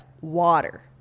Water